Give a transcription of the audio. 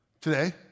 Today